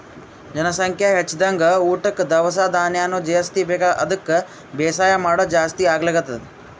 ಜನಸಂಖ್ಯಾ ಹೆಚ್ದಂಗ್ ಊಟಕ್ಕ್ ದವಸ ಧಾನ್ಯನು ಜಾಸ್ತಿ ಬೇಕ್ ಅದಕ್ಕ್ ಬೇಸಾಯ್ ಮಾಡೋದ್ ಜಾಸ್ತಿ ಆಗ್ಲತದ್